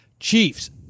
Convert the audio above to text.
chiefs